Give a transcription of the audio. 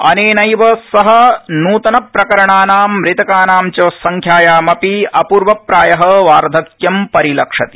अनेनव सह न्तनप्रकरणानां मृतकानां च संख्यायामपि अपूर्वप्राय वार्धक्यं परिलक्षति